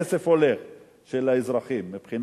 הכסף של האזרחים הולך,